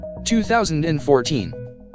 2014